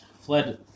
fled